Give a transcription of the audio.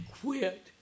quit